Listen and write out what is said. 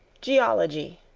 geology,